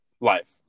Life